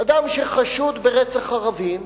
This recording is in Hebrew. אדם שחשוד ברצח ערבים,